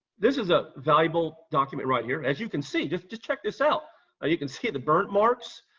this is a valuable document, right here. as you can see, just just check this out. ah you can see the burnt marks.